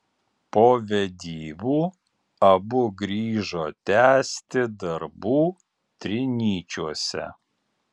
po vedybų abu grįžo tęsti darbų trinyčiuose